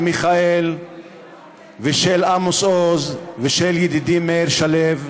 מיכאל ושל עמוס עוז ושל ידידי מאיר שלו,